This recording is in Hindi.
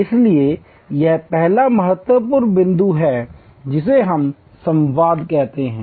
इसलिए यह पहला महत्वपूर्ण बिंदु है जिसे हम संवाद कहते हैं